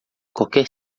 qualquer